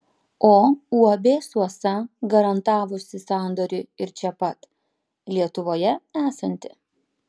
o uab suosa garantavusi sandorį ir čia pat lietuvoje esanti